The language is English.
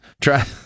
Try